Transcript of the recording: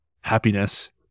happiness